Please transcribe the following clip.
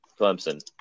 Clemson